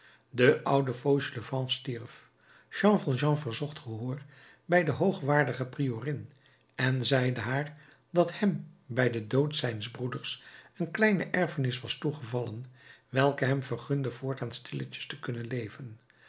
de oude fauchelevent stierf jean valjean verzocht gehoor bij de hoogwaardige priorin en zeide haar dat hem bij den dood zijns broeders een kleine erfenis was toegevallen welke hem vergunde voortaan stilletjes te kunnen leven